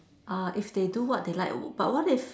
ah if they do what they like but what if